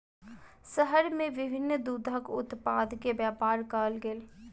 शहर में विभिन्न दूधक उत्पाद के व्यापार कयल गेल